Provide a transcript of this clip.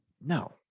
No